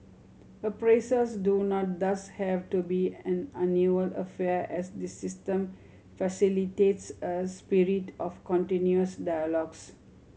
appraisals do not thus have to be an annual affair as this system facilitates a spirit of continuous dialogues